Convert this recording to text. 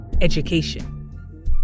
education